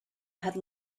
had